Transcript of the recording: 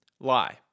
Lie